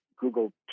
Google